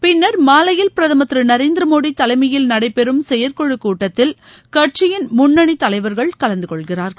பின்னர் மாலையில் பிரதம் திரு நரேந்திர மோடி தலைமையில் நடைபெறும் செயற்குழு கூட்டத்தல் கட்சியின் முன்னிண தலைவர்கள் கலந்து கொள்கிறார்கள்